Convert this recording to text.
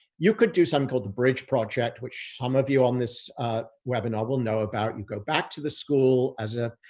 you could do something called the bridge project, which some of you on this webinar will know about. you go back to the school as a,